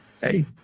hey